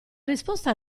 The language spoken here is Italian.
risposta